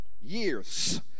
Years